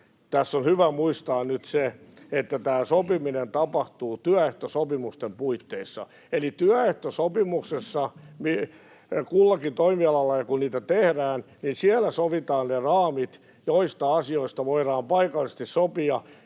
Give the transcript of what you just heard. tässä on hyvä muistaa nyt se, että tämä sopiminen tapahtuu työehtosopimusten puitteissa. Eli työehtosopimuksessa, kullakin toimialalla kun niitä tehdään, sovitaan ne raamit, joista asioista voidaan paikallisesti sopia.